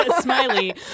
Smiley